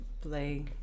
play